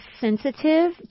sensitive